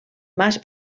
mas